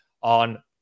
on